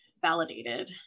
validated